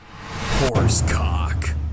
Horsecock